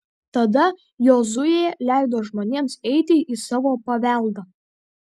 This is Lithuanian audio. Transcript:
tada jozuė leido žmonėms eiti į savo paveldą